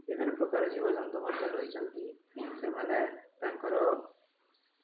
ବିଭିନ୍ନ ପ୍ରକାର ଜୀବଜନ୍ତୁ ମଧ୍ୟ ରହିଛନ୍ତି ସେମାନେ ତାଙ୍କର